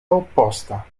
opposta